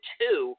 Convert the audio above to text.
two